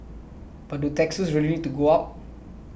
but do taxes really need to go up